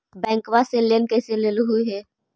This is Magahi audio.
बैंकवा से लेन कैसे लेलहू हे?